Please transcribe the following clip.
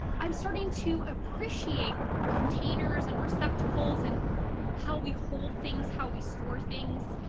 i'm starting to appreciate containers and receptacles, and how we hold things, how we store things.